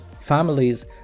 Families